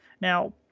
Now